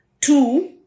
Two